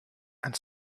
and